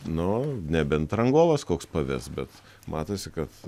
nu nebent rangovas koks paves bet matosi kad